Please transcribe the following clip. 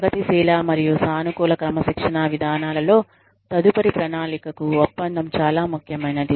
ప్రగతిశీల మరియు సానుకూల క్రమశిక్షణా విధానాలలో తదుపరి ప్రణాళికకు ఒప్పందం చాలా ముఖ్యమైనది